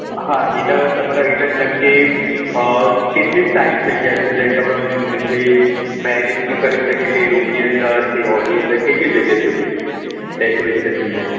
હા એટલે તમારે એટલે જેમ કે કેટલી સાઈઝ જગ્યા છે જેમ કે આપણે જે મેરેજમાં કરી શકીએ એ રૂમની અંદર કે હૉલની અંદર કઈ કઈ જગ્યા સુધી ડૅકોરેશનની અંદર